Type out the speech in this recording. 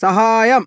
സഹായം